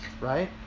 Right